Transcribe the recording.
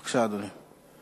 בבקשה, אדוני.